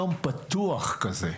פתוח כזה.